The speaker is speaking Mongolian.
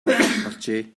болжээ